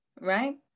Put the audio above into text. right